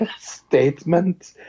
statement